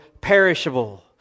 perishable